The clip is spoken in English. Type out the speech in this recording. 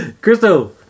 Crystal